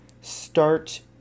start